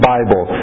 Bible